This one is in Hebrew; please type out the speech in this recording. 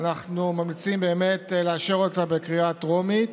אנחנו ממליצים באמת לאשר אותה בקריאה הטרומית.